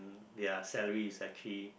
their salary is actually